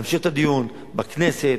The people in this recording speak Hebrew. ולהמשיך את הדיון בכנסת,